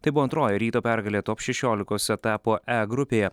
tai buvo antroji ryto pergalė top šešiolikos etapo e grupėje